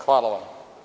Hvala vam.